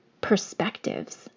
perspectives